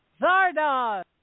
Zardoz